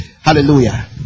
Hallelujah